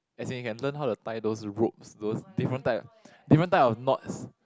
as in you can learn how to tie those ropes those different type different type of knots